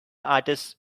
artist